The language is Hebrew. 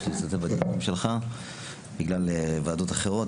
להשתתף בדיונים שלך בגלל ועדות אחרות.